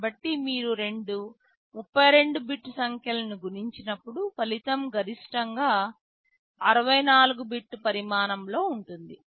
కాబట్టి మీరు రెండు 32 బిట్ సంఖ్యలను గుణించినప్పుడు ఫలితం గరిష్టంగా 64 బిట్ పరిమాణంలో ఉంటుంది